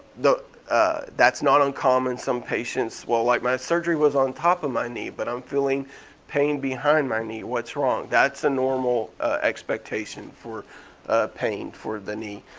that's not uncommon, some patients well like my surgery was on top of my knee, but i'm feeling pain behind my knee, what's wrong. that's a normal expectation for pain for the knee.